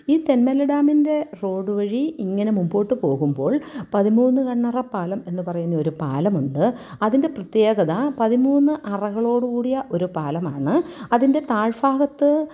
ഈ തെന്മല ഡാമിൻ്റെ റോഡു വഴി ഇങ്ങനെ മുൻപോട്ടു പോകുമ്പോൾ പതിമൂന്ന് കണ്ണറപാലം എന്നു പറയുന്നൊരു പാലമുണ്ട് അതിൻ്റെ പ്രത്യേകത പതിമൂന്ന് അറകളോടു കൂടിയ ഒരു പാലമാണ് അതിൻ്റെ താഴ് ഭാഗത്ത്